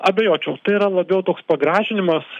abejočiau tai yra labiau toks pagrąžinimas